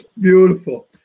Beautiful